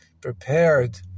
prepared